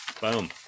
Boom